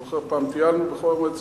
אני זוכר, פעם טיילנו בחול-המועד סוכות,